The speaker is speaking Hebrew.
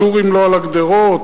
הסורים לא על הגדרות,